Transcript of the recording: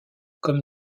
comme